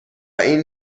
این